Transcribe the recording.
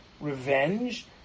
revenge